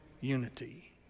unity